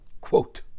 Quote